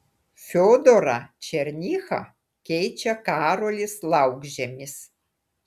fiodorą černychą keičia karolis laukžemis